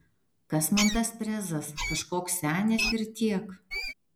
kas man tas prezas kažkoks senis ir tiek